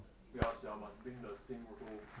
ya sia must drink the sink also